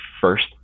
first